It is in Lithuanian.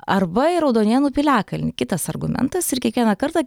arba į raudonėnų piliakalnį kitas argumentas ir kiekvieną kartą